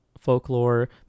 folklore